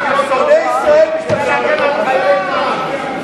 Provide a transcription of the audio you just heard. הכנסת חסון.